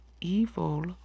evil